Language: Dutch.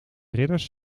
ridders